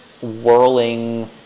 whirling